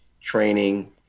training